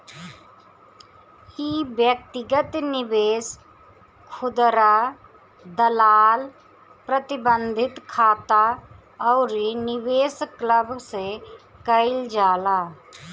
इ व्यक्तिगत निवेश, खुदरा दलाल, प्रतिबंधित खाता अउरी निवेश क्लब से कईल जाला